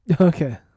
Okay